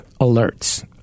alerts